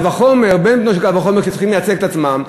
קל וחומר ובן בנו של קל וחומר כשהם צריכים לייצג את עצמם.